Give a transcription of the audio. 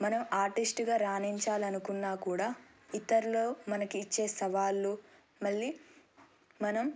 మనం ఆర్టిస్ట్గా రాణించాలి అనుకున్నా కూడా ఇతరులు మనకి ఇచ్చే సవాళ్ళు మళ్ళీ మనం